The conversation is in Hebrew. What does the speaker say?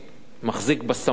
מחזיק בסמכות,